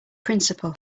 principle